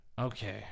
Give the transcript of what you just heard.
Okay